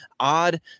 odd